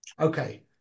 Okay